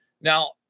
now